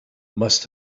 must